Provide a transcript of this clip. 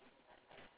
ya